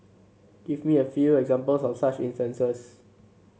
give me a few examples of such instance